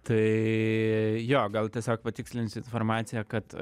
tai jo gal tiesiog patikslinsiu informaciją kad